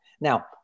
Now